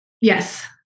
Yes